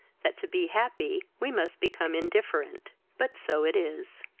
that to be happy we must become indifferent but so it is.